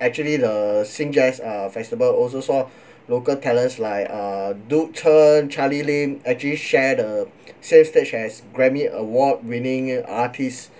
actually the sing jazz uh festival also saw local talents like uh duke chen charlie lim actually share the same stage as Grammy award winning artists